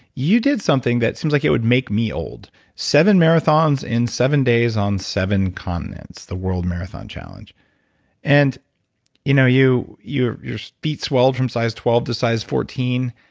you did something that seems like it would make me old seven marathons in seven days on seven continents, the world marathon challenge and you know your your speed swelled from size twelve to size fourteen,